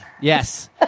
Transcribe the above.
yes